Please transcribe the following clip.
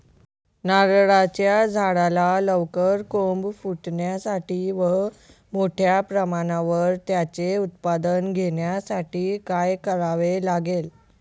नारळाच्या झाडाला लवकर कोंब फुटण्यासाठी व मोठ्या प्रमाणावर त्याचे उत्पादन घेण्यासाठी काय करावे लागेल?